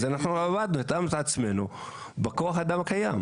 אז התאמנו את עצמנו בכוח האדם הקיים.